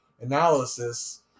Analysis